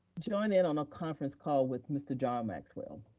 join in on a conference call with mr. john maxwell,